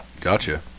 Gotcha